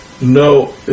no